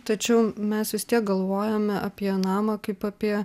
tačiau mes vis tiek galvojame apie namą kaip apie